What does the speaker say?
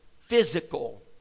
physical